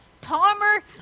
Palmer